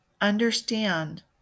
understand